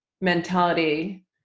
mentality